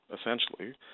essentially